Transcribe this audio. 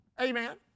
Amen